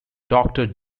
doctor